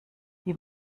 die